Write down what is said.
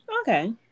Okay